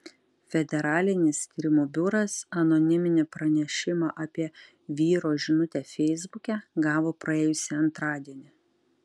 federalinis tyrimų biuras anoniminį pranešimą apie vyro žinutę feisbuke gavo praėjusį antradienį